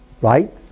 Right